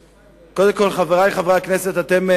קודם כול, חברי חברי הכנסת, אתם,